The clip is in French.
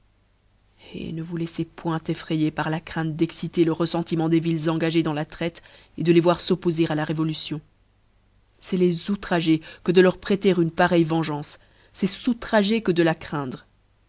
eh ne vous iaiftez point effraÿer par la crainte d'exciter le reflcntiment des villes engagées dans la traite de les voir s'oppofer à la révolution c'eft les outrager que de leur prêter une pareille vengeance c'eft s'outrager que de la craindre